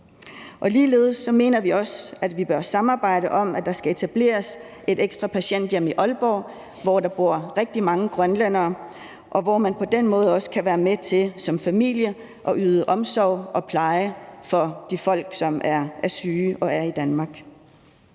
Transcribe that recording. ligeledes mener vi også, at vi bør samarbejde om, at der skal etableres et ekstra patienthjem i Aalborg, hvor der bor rigtig mange grønlændere, og hvor man på den måde også som familie kan være med til yde omsorg og pleje for de folk, som er syge og er i Danmark.